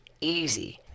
easy